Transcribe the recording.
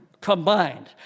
combined